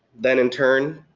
then in turn,